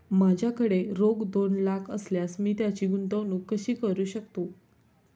माझ्याकडे रोख दोन लाख असल्यास मी त्याची गुंतवणूक कशी करू शकतो?